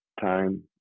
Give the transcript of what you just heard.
time